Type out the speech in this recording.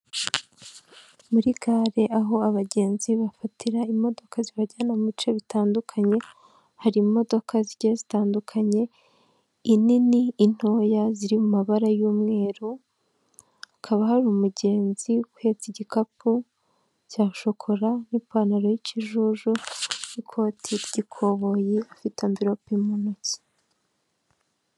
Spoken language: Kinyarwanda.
Muri gare aho abagenzi bafatira imodoka zibajyana mu bice bitandukanye hari imodoka zigiye zitandukanye; inini, intoya ziri mu mabara y'umweru hakaba hari umugenzi uhetse igikapu cya shokora, n'ipantaro y'ikijuju, n'ikoti ry'ikoboyi afite amvirope mu ntoki.